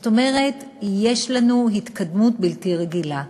זאת אומרת, יש אצלנו התקדמות בלתי רגילה.